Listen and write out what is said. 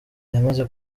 yamaze